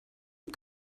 die